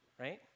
right